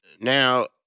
Now